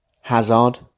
Hazard